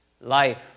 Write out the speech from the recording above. Life